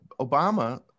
Obama